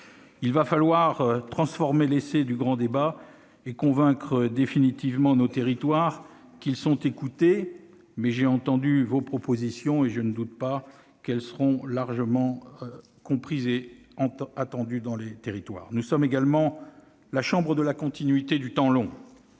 Il va falloir transformer l'essai du grand débat et convaincre définitivement nos territoires qu'ils sont écoutés. J'ai entendu vos propositions, monsieur le Premier ministre, et je ne doute pas qu'elles seront largement comprises et entendues dans les territoires. Nous sommes également la chambre de la continuité, du temps long.